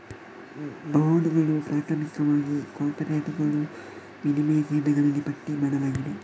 ಬಾಂಡುಗಳು, ಪ್ರಾಥಮಿಕವಾಗಿ ಕಾರ್ಪೊರೇಟುಗಳು, ವಿನಿಮಯ ಕೇಂದ್ರಗಳಲ್ಲಿ ಪಟ್ಟಿ ಮಾಡಲಾಗಿದೆ